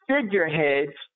figureheads